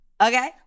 Okay